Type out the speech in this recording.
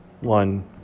one